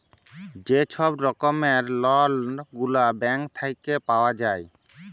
যে ছব রকমের লল গুলা ব্যাংক থ্যাইকে পাউয়া যায়